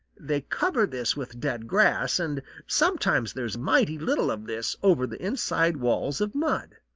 they cover this with dead grass, and sometimes there is mighty little of this over the inside walls of mud.